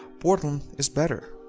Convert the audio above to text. portland, is better.